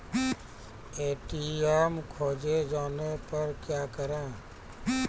ATM खोजे जाने पर क्या करें?